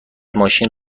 ماشین